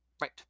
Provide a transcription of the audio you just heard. Right